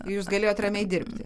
jūs galėjote ramiai dirbti